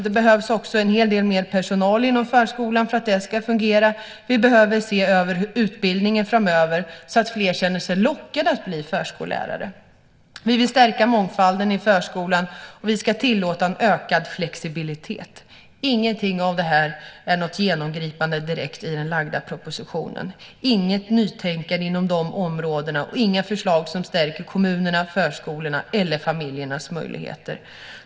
Det behövs också en hel del mer personal inom förskolan för att den ska fungera. Vi behöver se över utbildningen framöver så att fler känner sig lockade att bli förskollärare. Vi vill stärka mångfalden i förskolan, och vi ska tillåta en ökad flexibilitet. Ingenting av detta är något direkt genomgripande i den lagda propositionen. Det finns inget nytänkande inom de områdena och inga förslag som stärker kommunerna, förskolorna eller familjernas möjligheter.